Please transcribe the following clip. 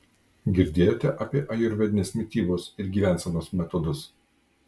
girdėjote apie ajurvedinės mitybos ir gyvensenos metodus